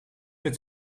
met